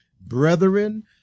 Brethren